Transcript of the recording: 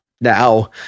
now